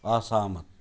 असहमत